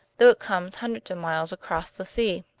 though it comes hundreds of miles across the sea.